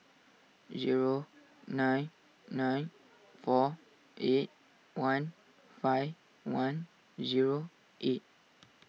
zero nine nine four eight one five one zero eight